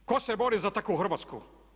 Tko se bori za takvu Hrvatsku?